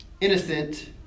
Innocent